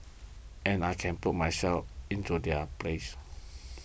and I can put myself into their place